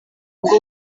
ngo